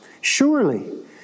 Surely